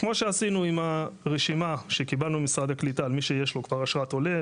כמו שעשינו עם הרשימה שקיבלנו ממשרד הקליטה על מי שיש לו כבר אשרת עולה,